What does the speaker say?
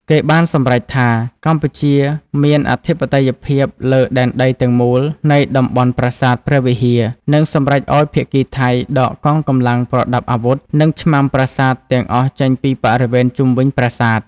គេបានសម្រេចថា កម្ពុជាមានអធិបតេយ្យភាពលើដែនដីទាំងមូលនៃតំបន់ប្រាសាទព្រះវិហារ និងសម្រេចឱ្យភាគីថៃ ដកកងកម្លាំងប្រដាប់អាវុធ និងឆ្មាំប្រាសាទទាំងអស់ចេញពីបរិវេណជុំវិញប្រាសាទ។